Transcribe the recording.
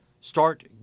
start